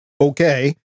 okay